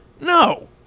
No